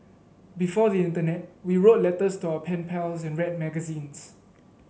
before the internet we wrote letters to our pen pals and read magazines